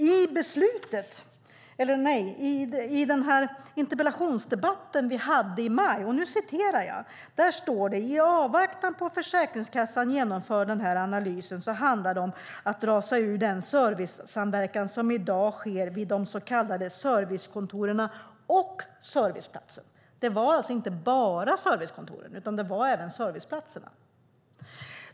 I interpellationsdebatten i maj sade man: I avvaktan på att Försäkringskassan genomför analysen handlar det om att dra sig ur den servicesamverkan som i dag sker vid de så kallade servicekontoren och serviceplatserna. Det handlade alltså inte bara om servicekontoren utan också om serviceplatserna.